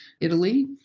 Italy